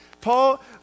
Paul